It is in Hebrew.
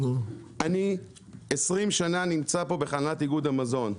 אני 20 שנה נמצא פה בחנת איגוד המזון,